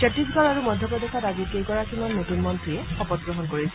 চত্তিশগড় আৰু মধ্যপ্ৰদেশত আজি কেইগৰাকীমান নতুন মন্ত্ৰীয়ে শপতগ্ৰহণ কৰিছে